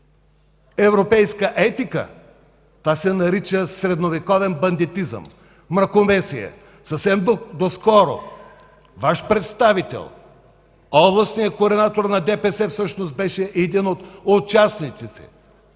европейска етика. Това се нарича средновековен бандитизъм, мракобесие. Съвсем доскоро Ваш представител – областният координатор на ДПС, всъщност беше един от участниците в